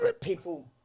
People